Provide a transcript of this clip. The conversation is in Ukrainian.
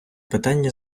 питання